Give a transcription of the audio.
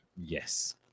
Yes